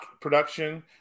production